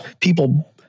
people